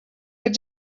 but